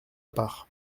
part